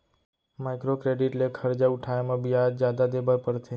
micro credit ले खरजा उठाए म बियाज जादा देबर परथे